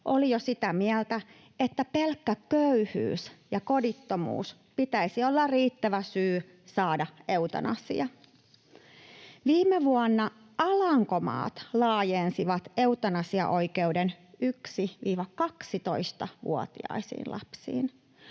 oli jo sitä mieltä, että pelkkä köyhyys ja kodittomuus pitäisi olla riittävä syy saada eutanasia. Viime vuonna Alankomaat laajensi eutanasiaoikeuden 1—12-vuotiaisiin lapsiin.